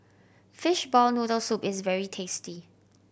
fishball noodle soup is very tasty